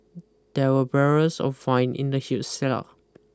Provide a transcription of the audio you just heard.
there were barrels of wine in the huge cellar